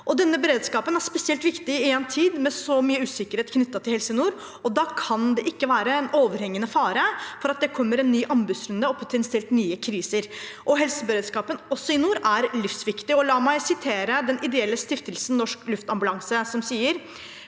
Denne beredskapen er spesielt viktig i en tid med så mye usikkerhet knyttet til Helse Nord, og da kan det ikke være en overhengende fare for at det kommer en ny anbudsrunde og potensielt nye kriser. Helseberedskapen, også i nord, er livsviktig. La meg referere til Stiftelsen Norsk Luftambulanse, en